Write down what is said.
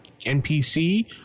NPC